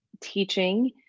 teaching